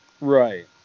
right